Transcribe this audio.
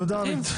צריכים.